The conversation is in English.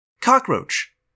Cockroach